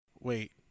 Wait